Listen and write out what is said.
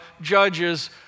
judges